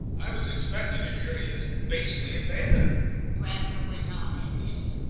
i was expecting to hear he has basely abandoned her, gravener went on, at this,